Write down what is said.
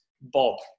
Bob